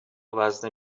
وزن